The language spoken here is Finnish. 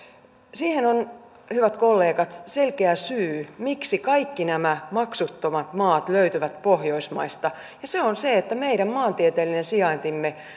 siihen on hyvät kollegat selkeä syy miksi kaikki nämä maksuttomat maat löytyvät pohjoismaista se on se että meidän maantieteellinen sijaintimme